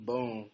Boom